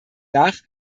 nach